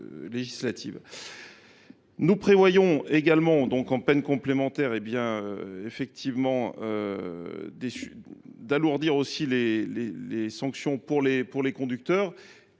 Nous proposons également, en peine complémentaire, d’alourdir les sanctions pour les conducteurs.